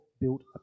built